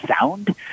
sound